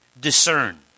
discern